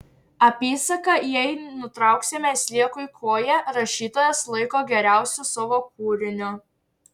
apysaką jei nutrauksime sliekui koją rašytojas laiko geriausiu savo kūriniu